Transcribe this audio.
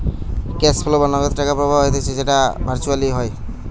cash flow বা নগদ প্রবাহ হতিছে যেটো ভার্চুয়ালি হয়